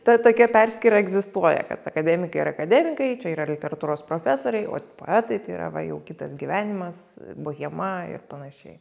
ta tokia perskyra egzistuoja kad akademikai yra akademikai čia yra literatūros profesoriai ot poetai tai yra va jau kitas gyvenimas bohema ir panašiai